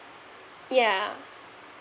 yeah